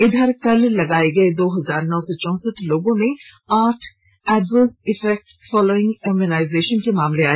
इधर कल लगाए गए दो हजार नौ सौ चौसठ लोगों में आठ एडवर्स इफेक्ट फोलोइंग इम्यूनाइजेशन के मामले आए